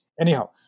Anyhow